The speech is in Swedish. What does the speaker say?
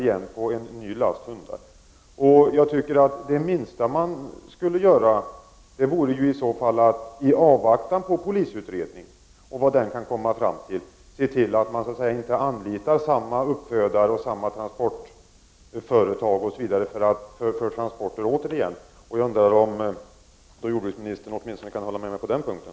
I avvaktan på resultatet av polisutredningen är det minsta man kan göra att se till att samma uppfödare och samma transportföretag inte anlitas. Jag undrar om jordbruksministern kan hålla med mig åtminstone på den punkten.